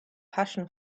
passion